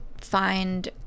find